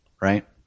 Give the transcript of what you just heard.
right